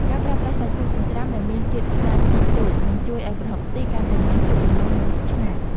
ការប្រើប្រាស់សាច់ជ្រូកចិញ្ច្រាំដែលមានជាតិខ្លាញ់តិចតួចនឹងជួយឱ្យប្រហុកខ្ទិះកាន់តែមានភាពរលោងនិងឆ្ងាញ់។